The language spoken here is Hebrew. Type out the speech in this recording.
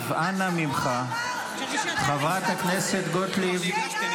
לנמק את ההתנגדות מטעם סיעת חד"ש תע"ל.